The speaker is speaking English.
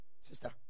Sister